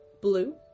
blue